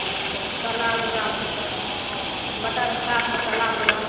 अच्छा सलाद ओलादके साथ मटनके साथमे सलाद उलाद